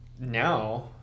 now